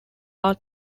are